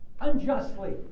unjustly